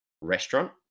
restaurant